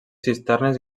cisternes